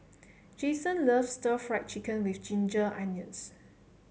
Jason loves Stir Fried Chicken with Ginger Onions